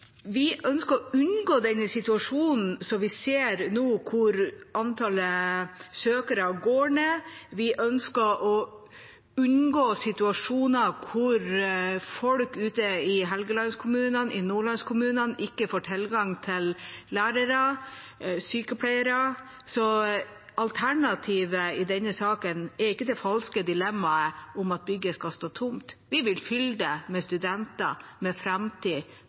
Vi ønsker å unngå den situasjonen vi nå ser, hvor antallet søkere går ned. Vi ønsker å unngå situasjoner der folk ute i helgelandskommunene, i nordlandskommunene, ikke får tilgang på lærere og sykepleiere. Alternativet i denne saken er ikke det falske dilemmaet om at bygget skal stå tomt. Vi vil fylle det med studenter og med framtid